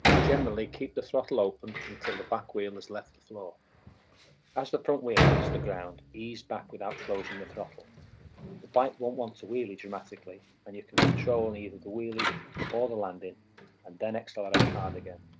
generally keep the throttle open until the back wheel has left the floor as the front wheel leaves the ground ease back without closing the throttle the bike won't want to wheelie dramatically and you can control and either the wheelie or the landing and then accelerate hard again.